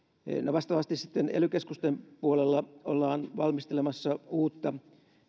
vastaavasti sitten ely keskusten puolella ollaan valmistelemassa uutta